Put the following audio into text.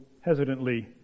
hesitantly